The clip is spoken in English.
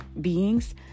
beings